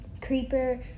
Creeper